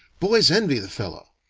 boys envy the fellow.